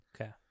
Okay